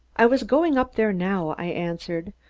i was going up there now, i answered.